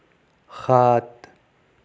সাত